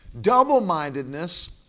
double-mindedness